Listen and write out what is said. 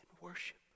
worship